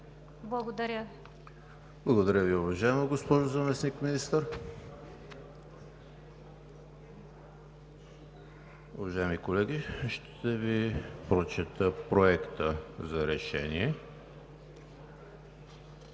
Благодаря Ви, уважаема госпожо Заместник-министър. Уважаеми колеги, ще Ви прочета Проекта за решение.